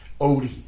Odie